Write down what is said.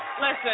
Listen